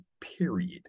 period